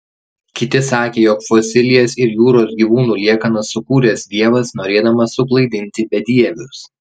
kiti sakė jog fosilijas ir jūros gyvūnų liekanas sukūręs dievas norėdamas suklaidinti bedievius